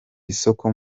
isoko